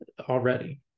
already